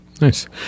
Nice